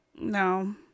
no